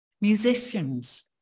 musicians